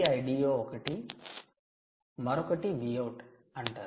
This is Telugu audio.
Vldo ఒకటి అని మరొకటి Vout అంటారు